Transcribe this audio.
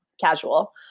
casual